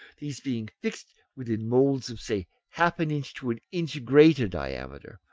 these being fixed within moulds of say half an inch to an inch greater diameter,